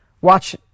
watch